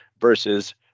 versus